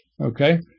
Okay